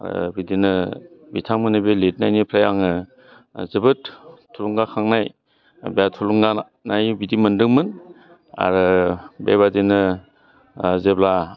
आरो बिदिनो बिथांमोननि बे लिरनायनिफ्राय आङो जोबोद थुलुंगाखांनाय एबा थुलुंगानाय बिदि मोन्दोंमोन आरो बेबादिनो जेब्ला